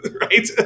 Right